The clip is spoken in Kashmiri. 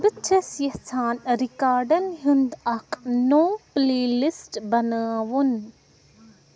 بہٕ چھَس یژھان ریکارڈن ہُنٛد اَکھ نوٚو پلے لسٹہٕ بناوُن